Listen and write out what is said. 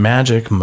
Magic